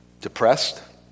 Depressed